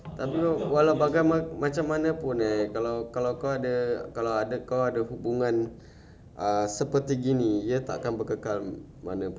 tapi walaubagaimanapun eh kalau kau ada kalau ada kau ada hubungan ah seperti gini dia tak akan berkekal mana pun lah